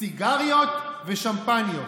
סיגריות ושמפניות.